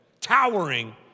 Towering